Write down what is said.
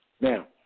Now